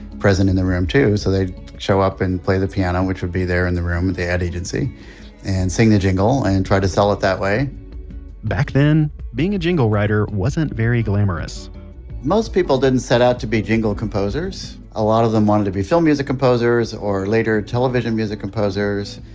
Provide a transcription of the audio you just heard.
president in the room too. so they show up and play the piano, which would be there in the room at the ad agency and sing the jingle, and try to sell it that way back then being a jingle writer wasn't very glamorous most people didn't set out to be jingle composers. a lot of them wanted to be film music composers, or later television music composers.